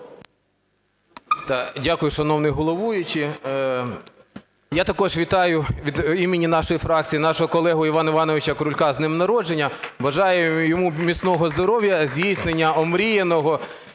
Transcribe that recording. Дякую, шановний головуючий. Я також вітаю від імені нашої фракції нашого колегу Івана Івановича Крулька з днем народження. Бажаю йому міцного здоров'я, здійснення омріяного